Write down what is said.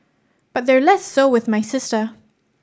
but they're less so with my sister